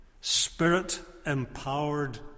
spirit-empowered